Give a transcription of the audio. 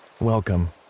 welcome